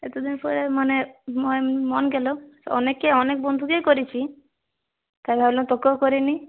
এতদিন পরে মানে মান মন গেল অনেকে অনেক বন্ধুকেই করেছি তাই ভাবলাম তোকেও করে নিই